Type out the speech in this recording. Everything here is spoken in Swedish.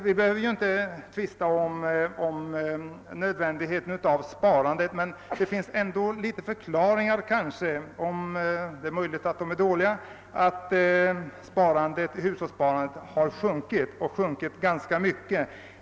Vi behöver inte tvista om nödvändigheten av sparandet. Men det finns ändå vissa förklaringar — det är möjligt att de är långsökta — till att hushållssparandet har sjunkit och sjunkit ganska mycket.